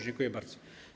Dziękuję bardzo.